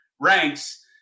ranks